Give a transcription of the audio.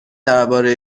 درباره